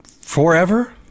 forever